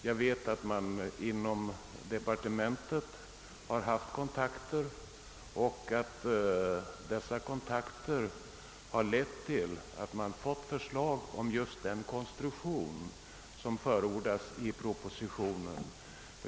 Jag vet att man inom departementet haft kontakter och att dessa lett till att den i propositionen redovisade konstruktionen förordas.